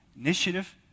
Initiative